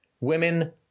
women